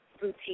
Boutique